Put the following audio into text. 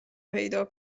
پیدا